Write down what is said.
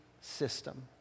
system